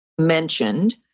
mentioned